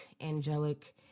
angelic